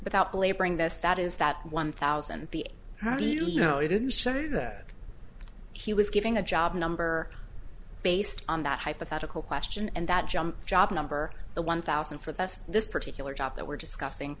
but out belaboring this that is that one thousand b how do you know he didn't say that he was giving a job number based on that hypothetical question and that jump jobs number the one thousand for that's this particular job that we're discussing